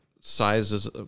sizes